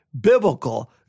biblical